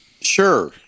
Sure